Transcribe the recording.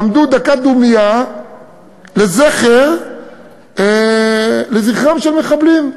עמדו דקה דומייה לזכרם של מחבלים.